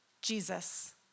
Jesus